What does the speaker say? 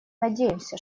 надеемся